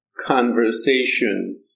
conversation